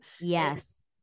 Yes